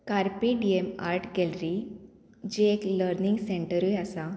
carpe Diem art gallery जी एक learning सेंटरूय आसा